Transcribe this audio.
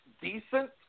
decent